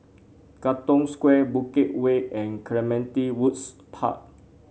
Katong Square Bukit Way and Clementi Woods Park